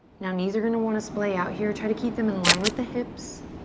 now, knees are gonna want to splay out here. try to keep them in line with the hips.